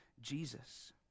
Jesus